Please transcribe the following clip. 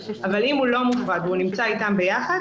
אם הוא לא מופרד ונמצא איתם יחד,